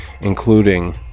including